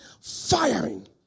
Firing